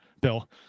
Bill